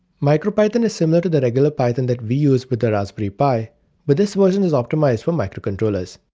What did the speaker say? micropython is similar to the regular python that we use with the raspberry pi but this version is optimized for microcontrollers.